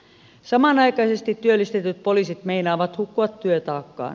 samanaikaisesti työllistetyt poliisit meinaavat hukkua työtaakkaan